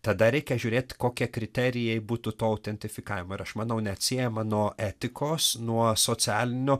tada reikia žiūrėt kokie kriterijai būtų to autentifikavimo ir aš manau neatsiejama nuo etikos nuo socialinio